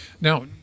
Now